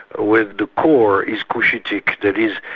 where the core is cushitic, that is,